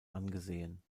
angesehen